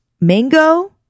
mango